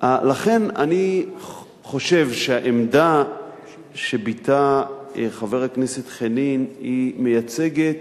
לכן אני חושב שהעמדה שביטא חבר הכנסת חנין היא מייצגת,